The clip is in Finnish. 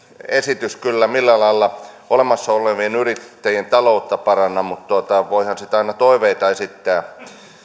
esitys kyllä millään lailla olemassa olevien yrittäjien taloutta paranna mutta voihan siitä aina toiveita esittää